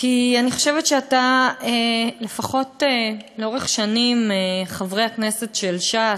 כי אני חושבת שלאורך שנים חברי הכנסת של ש"ס,